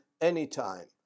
anytime